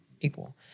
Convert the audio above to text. equal